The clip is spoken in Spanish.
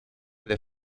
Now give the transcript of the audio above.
the